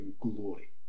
glory